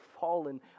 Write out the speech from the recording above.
fallen